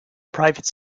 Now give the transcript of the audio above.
private